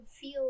feel